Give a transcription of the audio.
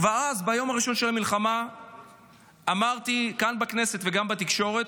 כבר אז ביום הראשון של המלחמה אמרתי כאן בכנסת וגם בתקשורת: